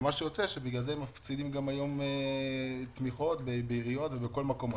יוצא שבגלל זה הן מפסידות היום תמיכות בעיריות ובכל מקום אחר.